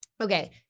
Okay